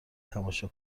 تماشا